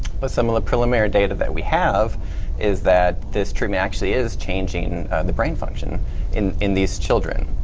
but some of the preliminary data that we have is that this treatment actually is changing the brain function in in these children.